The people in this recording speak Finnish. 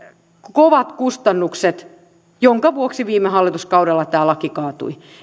kovat kustannukset jonka vuoksi viime hallituskaudella tämä laki kaatui